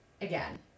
again